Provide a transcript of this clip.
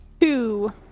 Two